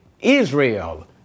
Israel